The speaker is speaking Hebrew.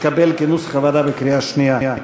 התקבל כנוסח הוועדה בקריאה שנייה.